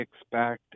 expect